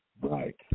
Right